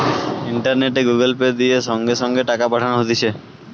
ইন্টারনেটে Google pay, দিয়ে সঙ্গে সঙ্গে টাকা পাঠানো হতিছে